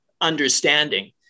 understanding